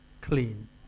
clean